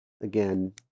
again